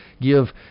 give